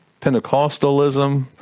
Pentecostalism